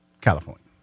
California